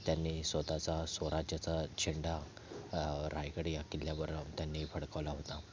त्यांनी स्वतःचा स्वराज्याचा झेंडा रायगड या किल्ल्यावर त्यांनी फडकवला होता